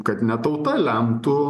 kad ne tauta lemtų